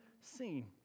seen